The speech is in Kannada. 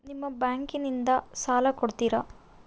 ನಿಮ್ಮ ಬ್ಯಾಂಕಿನಿಂದ ಸಾಲ ಕೊಡ್ತೇರಾ?